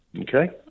okay